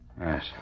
Yes